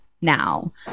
Now